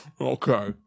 Okay